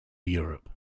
europe